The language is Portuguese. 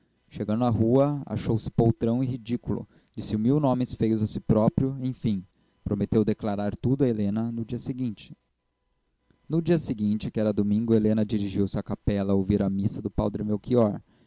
chegando à rua achou-se poltrão e ridículo disse mil nomes feios a si próprio enfim prometeu declarar tudo a helena no dia seguinte no dia seguinte que era domingo helena dirigiu-se à capela a ouvir a missa do padre melchior acabada a